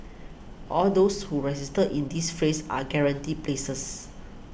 all those who register in this phase are guaranteed places